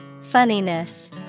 Funniness